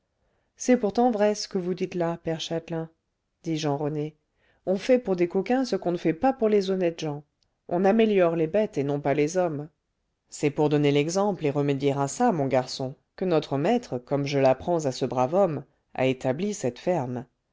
c'est pourtant vrai ce que vous dites là père châtelain dit jean rené on fait pour des coquins ce qu'on ne fait pas pour les honnêtes gens on améliore les bêtes et non pas les hommes c'est pour donner l'exemple et remédier à ça mon garçon que notre maître comme je l'apprends à ce brave homme a établi cette ferme